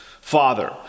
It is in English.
Father